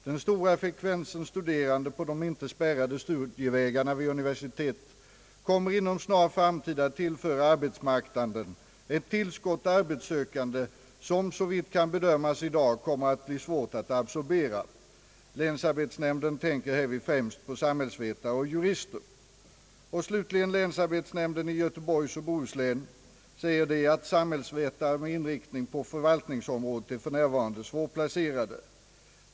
Den stora frekvensen studerande på de icke spärrade studievägarna vid universitet kommer inom snar framtid att tillföra arbetsmarknaden ett tillskott arbetssökande, som såvitt kan bedömas i dag, kommer att bli svårt att absorbera. Länsarbetsnämnden = tänker = härvid främst på samhällsvetare och jurister». Slutligen säger länsarbetsnämnden i Göteborgs och Bohus län: »Samhällsvetare med inriktning bl.a. på förvaltningsområdet är för närvarande svårplacerade.